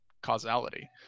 causality